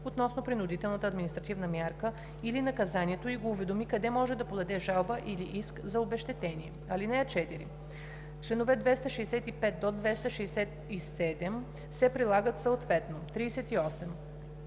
относно принудителната административна мярка или наказанието и го уведоми къде може да подаде жалба или иск за обезщетение. (4) Членове 265 – 267 се прилагат съответно.“ 38.